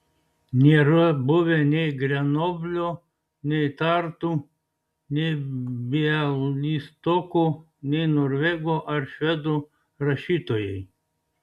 nėra buvę nei grenoblio nei tartu nei bialystoko nei norvegų ar švedų rašytojai